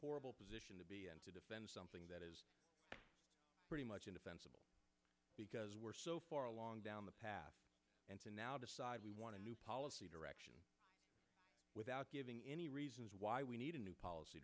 horrible position to be and to defend something that is pretty much indefensible because we're so far along down the path and so now decide we want to new policy direction without giving any reasons why we need a new policy